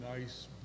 nice